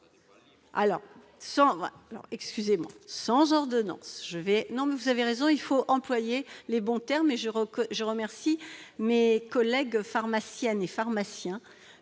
libre ! Sans ordonnance, soit ! Vous avez raison, il faut employer les bons termes et je remercie mes collègues pharmaciennes et pharmaciens